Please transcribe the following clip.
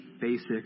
basic